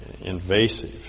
invasive